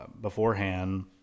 beforehand